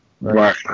Right